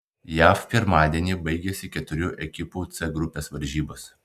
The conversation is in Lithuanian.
jav pirmadienį baigėsi keturių ekipų c grupės varžybos